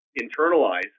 internalize